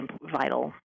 vital